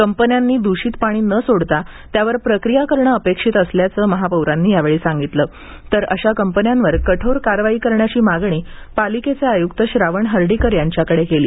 कंपन्यांनी द्रषित पाणी न सोडता त्यावर प्रक्रिया करणे अपेक्षित असल्याचं महापौरांनी यावेळी सांगितलं तर अशा कंपन्यांवर कठोर कारवाई करण्याची मागणी पालिकेचे आयुक्त श्रावण हर्डीकर यांच्याकडे केली